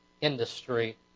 industry